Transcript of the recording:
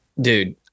dude